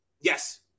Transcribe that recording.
Yes